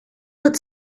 that